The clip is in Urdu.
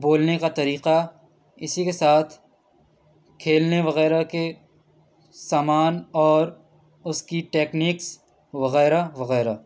بولنے کا طریقہ اسی کے ساتھ کھیلنے وغیرہ کے سامان اور اس کی ٹیکنکس وغیرہ وغیرہ